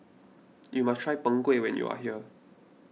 you must try Png Kueh when you are here